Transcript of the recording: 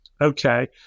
Okay